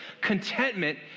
contentment